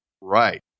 Right